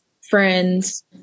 friends